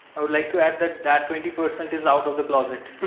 i would like to add that that twenty percent is out of the closet